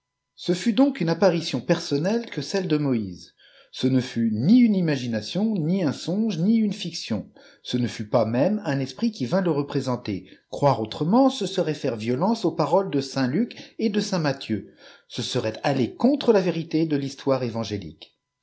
ce fut donc une apparitioil personnelle que celte de moïse ce ne fut ni une imagination ni un songe ni une fiction ce ne fut pas même un esprit qui vint le représenter croire autrement ce serait faire violence aux paroles de saint luc et de saint matthieu ce serait aller contre la vérité de l'histoire évangélique